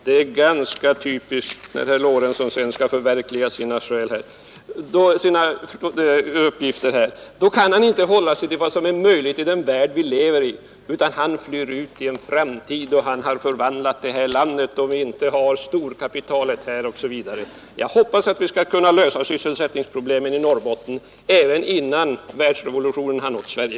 Det är typiskt att när herr Lorentzon skall förverkliga sina uppgifter kan han inte hålla sig till vad som är möjligt i den värld vi lever i, utan han talar om en framtid då han har förvandlat landet så att vi inte har storkapitalet här osv. Jag hoppas att vi skall kunna lösa sysselsättningsproblemen i Norrbotten innan världsrevolutionen har nått Sverige.